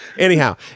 Anyhow